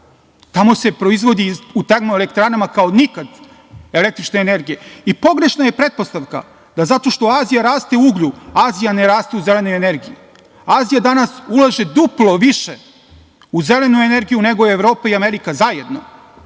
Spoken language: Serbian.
Tamo se proizvodi u termoelektranama kao nikad električna energija. Pogrešna je pretpostavka da zato što Azija raste u uglju, Azija ne raste u zelenoj energiji. Azija danas ulaže duplo više u zelenu energiju, nego Evropa i Amerika zajedno